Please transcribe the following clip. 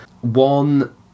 One